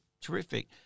terrific